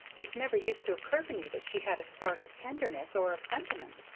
it never used to occur to me that she had a spark of tenderness or of sentiment,